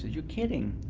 you're kidding.